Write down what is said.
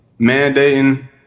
mandating